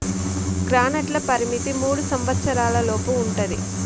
గ్రాంట్ల పరిమితి మూడు సంవచ్చరాల లోపు ఉంటది